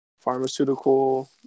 pharmaceutical